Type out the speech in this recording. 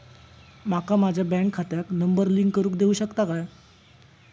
माका माझ्या बँक खात्याक नंबर लिंक करून देऊ शकता काय?